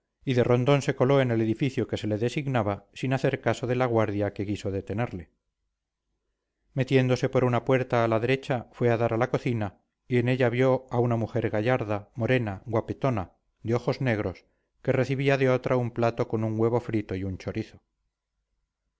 y de rondón se coló en el edificio que se le designaba sin hacer caso de la guardia que quiso detenerle metiéndose por una puerta a la derecha fue a dar a la cocina y en ella vio a una mujer gallarda morena guapetona de ojos negros que recibía de otra un plato con un huevo frito y un chorizo